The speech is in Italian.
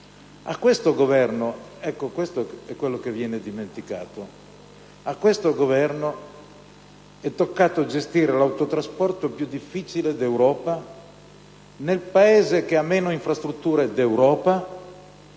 a questo Governo è toccato gestire l'autotrasporto più difficile d'Europa, nel Paese che ha meno infrastrutture d'Europa